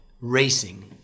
racing